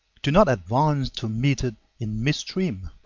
do not advance to meet it in mid-stream.